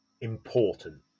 important